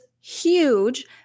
huge